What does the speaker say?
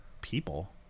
people